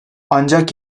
ancak